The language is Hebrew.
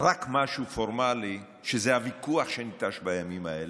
רק משהו פורמלי, שזה הוויכוח שניטש בימים האלה,